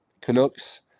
Canucks